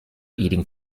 eating